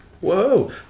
whoa